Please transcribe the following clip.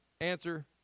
answer